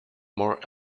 more